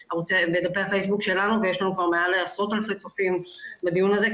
בדפי הפייסבוק שלנו ויש לנו כבר מעל לעשרות אלפי צופים בדיון הזה,